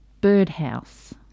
birdhouse